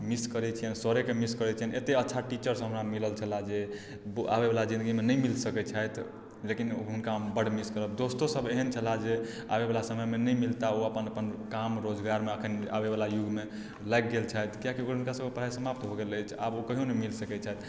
miss करय छियनि सरेके मिस करय छियनि अते अच्छा टीचर सब हमरा मिलल छलाह जे आबयवला जिन्दगीमे नहि मिल सकय छथि लेकिन हुनका हम बड्ड मिस करब दोस्तो सब एहन छलाह जे आबयवला समयमे नहि मिलता ओ अपन अपन काम रोजगारमे एखन आबयवला युगमे लागि गेल छथि किएक कि ओकर हुनका सबके पढ़ाइ समाप्त भऽ गेल अछि तऽ आब ओ कहियो नहि मिल सकैत छथि